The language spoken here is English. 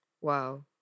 wow